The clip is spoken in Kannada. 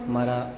ಮರ